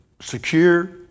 secure